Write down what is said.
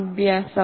അഭ്യാസം